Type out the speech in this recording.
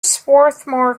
swarthmore